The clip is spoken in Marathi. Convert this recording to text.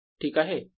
ठीक आहे